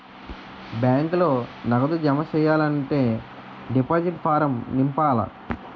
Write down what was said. బ్యాంకులో నగదు జమ సెయ్యాలంటే డిపాజిట్ ఫారం నింపాల